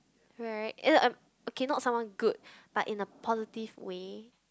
correct eh no okay not someone good but in a positive way